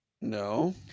No